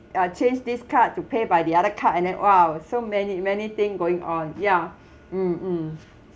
uh change this card to pay by the other card and then !wow! so many many thing going on ya mm mm